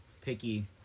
picky